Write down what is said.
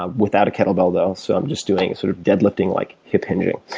ah without a kettle bell though, so i'm just doing sort of dead-lifting like hip-hinging.